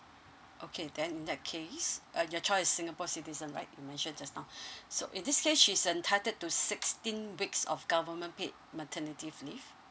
okay then in that case uh your child is singapore citizen right you mentioned just now so in this case she's entitled to sixteen weeks of government paid maternity f~ leave